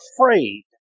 afraid